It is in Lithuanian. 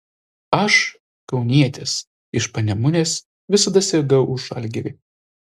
aš kaunietis iš panemunės visada sirgau už žalgirį